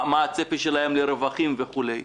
מה הצפי שלהם לרווחים וכו'.